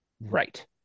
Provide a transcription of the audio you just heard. right